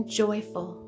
joyful